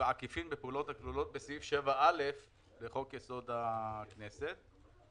בעקיפין בפעולות הכלולות בסעיף 7א לחוק יסוד: הכנסת.